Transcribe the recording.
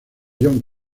john